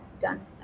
done